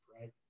right